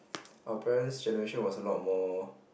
our parents' generation was a lot more